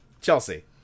Chelsea